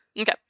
Okay